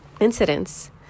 incidents